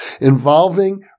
involving